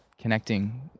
connecting